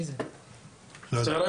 צהרים